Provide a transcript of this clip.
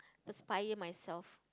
aspire myself